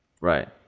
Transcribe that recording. Right